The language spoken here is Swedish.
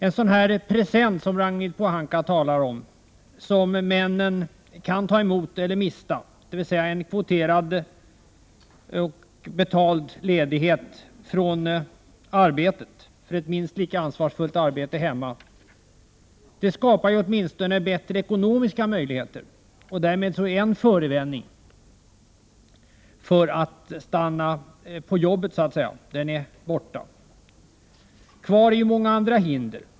En sådan här present som Ragnhild Pohanka talar om, som männen kan ta emot eller mista, dvs. en kvoterad betald ledighet från arbetet för att kunna utföra ett minst lika ansvarsfullt arbete hemma, skapar åtminstone bättre ekonomiska möjligheter. Därmed är en förevändning för att stanna på jobbet borta. Kvar är många andra hinder.